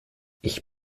ich